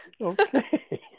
Okay